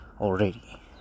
Already